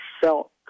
felt